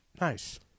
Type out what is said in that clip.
Nice